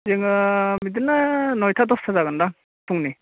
जोङो बिदिनो नयथा दसथा जागोनखोमा फुंनि